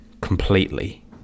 completely